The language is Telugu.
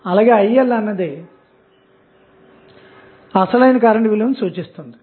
అలాగే IL అన్నది అసలైన కరెంటు విలువను సూచిస్తుంది